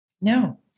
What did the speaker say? No